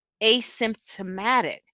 asymptomatic